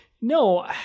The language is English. No